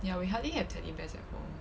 ya we hardly have teddy bears at home